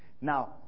Now